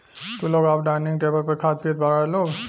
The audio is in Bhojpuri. तू लोग अब डाइनिंग टेबल पर खात पियत बारा लोग